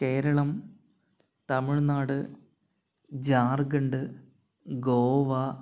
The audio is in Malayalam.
കേരളം തമിഴ്നാട് ജാർഖണ്ഡ് ഗോവ